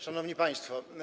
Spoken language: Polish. Szanowni Państwo!